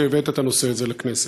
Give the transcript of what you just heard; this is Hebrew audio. שהבאת את הנושא הזה לכנסת.